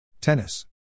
Tennis